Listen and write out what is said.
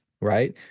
right